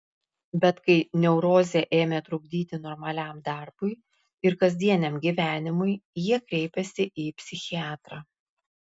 bet kai neurozė ėmė trukdyti normaliam darbui ir kasdieniam gyvenimui jie kreipėsi į psichiatrą